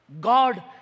God